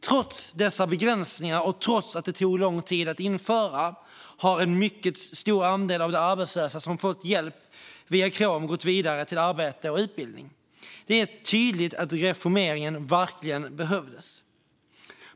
Trots dessa begränsningar, och trots att det tog lång tid att införa, har en mycket stor andel av de arbetslösa som fått hjälp via Krom gått vidare till arbete och utbildning. Det är tydligt att reformeringen verkligen behövdes.